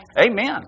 Amen